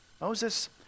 Moses